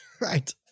right